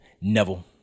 Neville